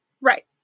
Right